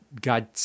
God